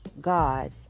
God